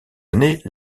années